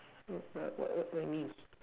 what what what what you mean